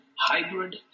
hybrid